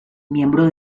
miembro